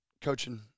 coaching